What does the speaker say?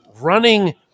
running